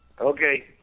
Okay